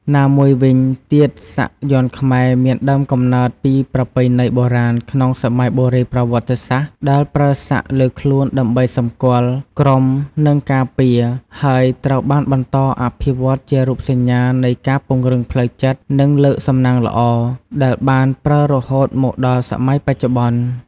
ណាមួយវិញទៀតសាក់យ័ន្តខ្មែរមានដើមកំណើតពីប្រពៃណីបុរាណក្នុងសម័យបុរេប្រវត្តិសាស្ត្រដែលប្រើសាក់លើខ្លួនដើម្បីសម្គាល់ក្រុម និងការពារ ហើយត្រូវបានបន្តអភិវឌ្ឍន៍ជារូបសញ្ញានៃការពង្រឹងផ្លូវចិត្ត និងលើកសំណាងល្អ ដែលបានប្រើរហូតមកដល់សម័យបច្ចុប្បន្ន។